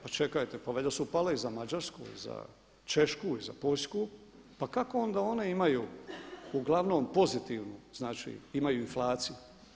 Pa čekajte, pa valjda su pale i za Mađarsku, za Češku i za Poljsku, pa kako onda one imaju uglavnom pozitivnu, znači imaju inflaciju.